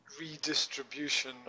redistribution